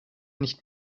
nicht